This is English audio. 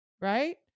right